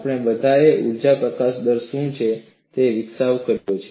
આપણે બધાએ ઊર્જા પ્રકાશન દર શું છે તેનો વિકાસ કર્યો છે